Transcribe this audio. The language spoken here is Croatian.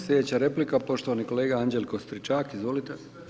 Slijedeća replika poštovani kolega Anđelko Stričak, izvolite.